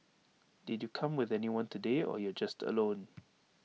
did you come with anyone today or you're just alone